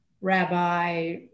rabbi